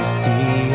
see